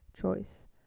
choice